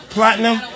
Platinum